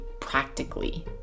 practically